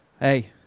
Hey